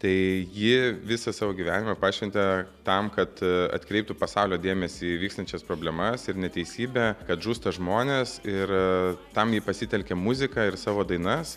tai ji visą savo gyvenimą pašventė tam kad atkreiptų pasaulio dėmesį į vykstančias problemas ir neteisybę kad žūsta žmonės ir tam ji pasitelkė muziką ir savo dainas